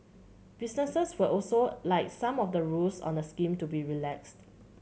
businesses would also like some of the rules on the scheme to be relaxed